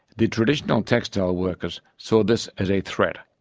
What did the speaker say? the traditional textile workers saw this as a threat.